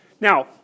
Now